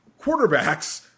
quarterbacks